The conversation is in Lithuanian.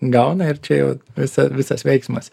gauna ir čia jau visa visas veiksmas